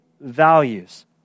values